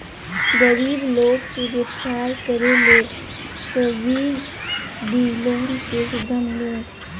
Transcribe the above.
गरीब लोग के व्यवसाय करे ले सब्सिडी लोन के सुविधा मिलो हय